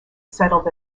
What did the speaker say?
settled